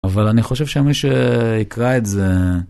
אבל אני חושב שמי שיקרא את זה.